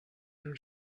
your